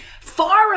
far